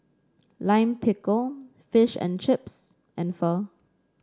Lime Pickle Fish and Chips and Pho